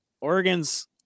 Oregon's